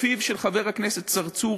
בפיו של חבר הכנסת צרצור,